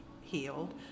healed